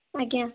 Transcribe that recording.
ଆଜ୍ଞା